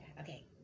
Okay